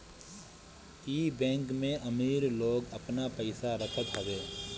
इ बैंक में अमीर लोग आपन पईसा रखत हवे